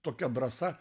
tokia drąsa